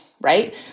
right